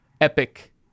epic